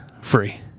free